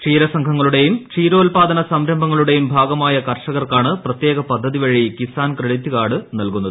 ക്ഷീര സംഘങ്ങളുടെയും ക്ഷീരോദ്പാദന സംരംഭങ്ങളുടെയും ഭാഗമായ കർഷകർക്കാണ് പ്രത്യേക പദ്ധതിവഴി കിസാൻ ക്രെഡിറ്റ് കാർഡ് നൽകുന്നത്